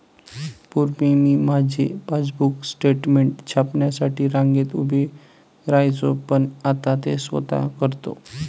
पूर्वी मी माझे पासबुक स्टेटमेंट छापण्यासाठी रांगेत उभे राहायचो पण आता ते स्वतः करतो